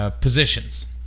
positions